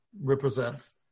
represents